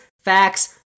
Facts